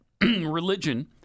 religion